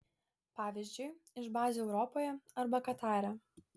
pavyzdžiui iš bazių europoje arba katare